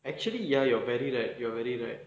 actually ya you're very right you are very right